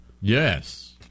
Yes